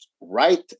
right